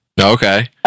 Okay